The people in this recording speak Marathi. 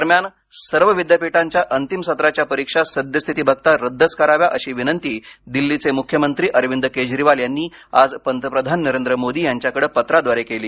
दरम्यान सर्व विद्यापीठांच्या अंतिम सत्राच्या परीक्षा सद्यस्थिती बघता रद्दच कराव्या अशी विनंती दिल्लीचे मुख्यमंत्री अरविंद केजरीवाल यांनी आज पंतप्रधान नरेंद्र मोदी यांच्याकडे पत्राद्वारे केली